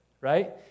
right